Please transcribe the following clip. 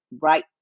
right